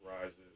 rises